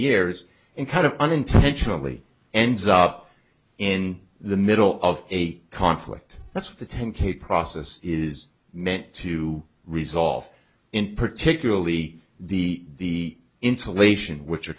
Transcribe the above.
years and kind of unintentionally ends up in the middle of a conflict that's what the ten k process is meant to resolve in particularly the insulation which a